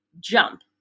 jump